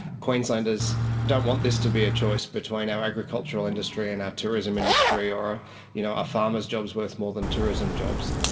queenslanders don't want this to be a choice between our agricultural industry and our tourism industry, or are you know farmers jobs worth more than tourism jobs?